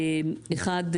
אחד,